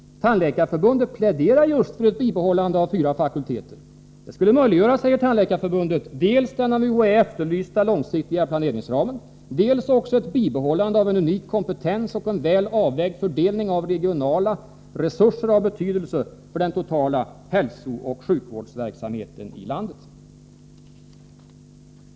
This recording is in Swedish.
Tandläkareförbundet pläderar just för ett bibehållande av fyra fakulteter. Det skulle möjliggöra, säger Tandläkareförbundet, dels den av UHÄ efterlysta långsiktiga planeringsramen, dels också ett bibehållande av en unik kompetens och en väl avvägd fördelning av regionala resurser av betydelse för den totala hälsooch sjukvårdsverksamheten i landet.